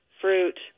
fruit